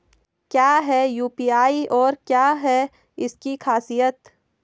क्या है यू.पी.आई और क्या है इसकी खासियत?